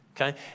Okay